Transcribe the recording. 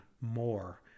more